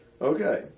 Okay